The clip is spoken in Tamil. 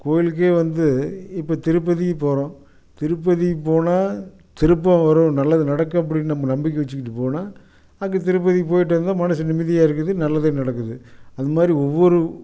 கோவிலுக்கே வந்து இப்போ திருப்பதிக்கு போகிறோம் திருப்பதிக்கு போனால் திருப்பம் வரும் நல்லது நடக்கும் அப்படின்னு நம்ம நம்பிக்கை வச்சுக்கிட்டு போனால் அங்கே திருப்பதிக்கு போயிட்டு வந்தால் மனசு நிம்மதியாக இருக்குது நல்லதே நடக்குது அது மாதிரி ஒவ்வொரு